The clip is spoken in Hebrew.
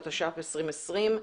התש"ף-2020.